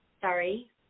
Sorry